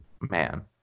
man